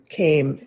came